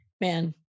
man